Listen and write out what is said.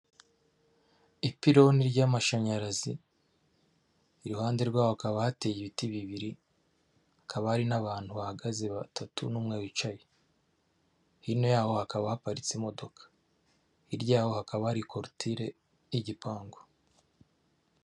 Ipironi ry'amashanyarazi, iruhande rwaho hakaba hateye ibiti bibiri, hakaba hari n'abantu bahagaze batatu n'umwe wicaye, hino yaho hakaba haparitse imodoka, hirya yaho hakaba hari korotire y'igipangu.